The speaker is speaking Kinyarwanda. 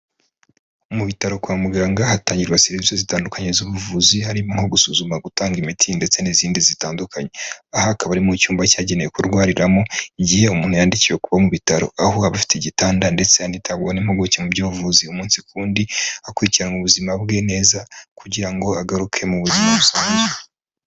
Mu bitaro kwa muganga hatangirwa sevisi zitandukanye z'ubuvuzi harimo nko gusuzuma, gutanga imiti, ndetse n'izindi zitandukanye. Aha ha akaba ari mu icyumba cyagenewe kurwariramo igihe umuntu yandikiwe kuba mu bitaro. Aho aba afite igitanda ndetse anitabwa n' impuguke mu by'ubuvuzi umunsi ku wundi. Akurikirana ubuzima bwe neza kugira ngo agaruke mu buzima busanzwe.